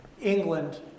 England